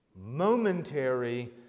momentary